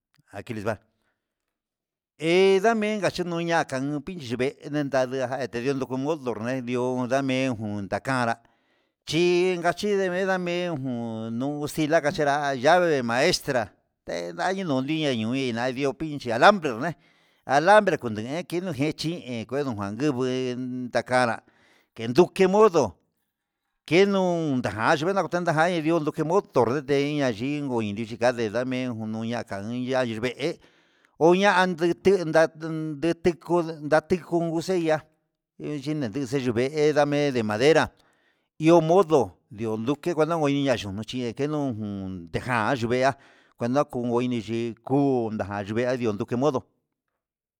Aqui les va he ndamen nachinoñaka vixni vee ndediujo modo nendi'ó, ho ndame jun ndaka naná chin nachinime chinra ndame jun nakachera yave maestra te yandi no inna no vixna, na ndio pi'i alambre nguna alambre nguenue keno ke chin, he kuena noiin ven nakanra ken nduke modo kenuu ndajane ndakan ke nadajande ndion ke modo nrende iña xhinkuu ngutinidame enyakununka oniya nivee oña'a atin ndu ndandu ndinti nguu nati ngunxeya enyinaxu chendome ndamé nde madera ihó modo ndiun nduke ngueno iña chun, nuchi keno jun ndejan nuveya konaiko bonixhi nguu ndian ndukemeda nachii modo.